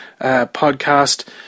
podcast